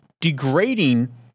degrading